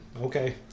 Okay